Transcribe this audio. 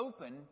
open